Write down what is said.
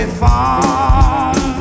farm